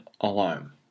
alarm